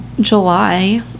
July